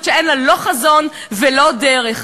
שאין לה לא חזון ולא דרך.